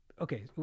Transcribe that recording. Okay